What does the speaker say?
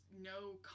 no